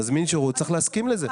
מזמין שירות צריך להסכים לזה.